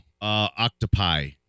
Octopi